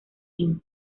inc